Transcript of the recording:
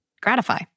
gratify